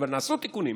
אבל נעשו תיקונים,